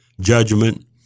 judgment